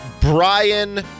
Brian